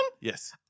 Yes